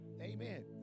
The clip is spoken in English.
Amen